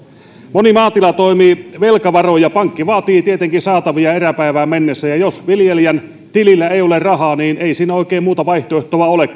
moni maatila toimii velkavaroin ja pankki vaatii tietenkin saataviaan eräpäivään mennessä ja jos viljelijän tilillä ei ole rahaa niin ei siinä oikein muuta vaihtoehtoa ole